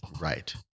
Right